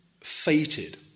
fated